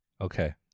Okay